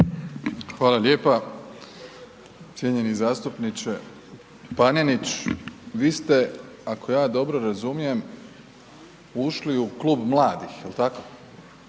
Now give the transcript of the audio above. Hvala lijepa. Cijenjeni zastupniče Panenić, vi ste, ako ja dobro razumijem, ušli u Klub mladih, jel tako?